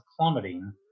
plummeting